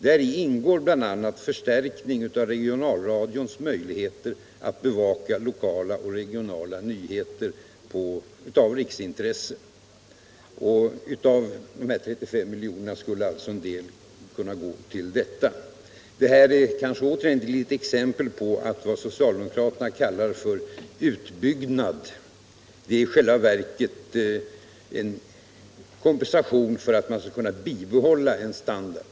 Däri ingår bl.a. en förstärkning av regionalradions möjligheter att bevaka lokala och regionala nyheter av riksintresse. En del av dessa 35 milj.kr. skulle alltså kunna användas härför. Detta är åter ett exempel på att vad socialdemokraterna kallar för utbyggnad i själva verket är en kompensation för att man skall kunna bibehålla en tidigare standard.